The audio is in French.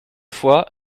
fois